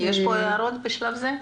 יש הערות בשלב זה?